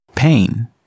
Pain